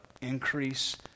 Increase